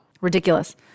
Ridiculous